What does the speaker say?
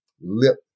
lip